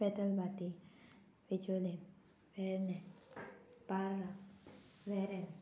बेतलबाटी बिचोलीम पेरणें पारा वेरेम